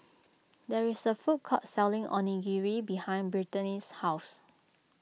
there is a food court selling Onigiri behind Brittanie's house